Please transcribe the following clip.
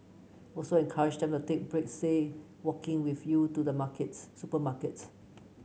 also encourage them to take breaks say walking with you to the market supermarket